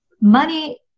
money